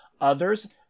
Others